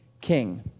king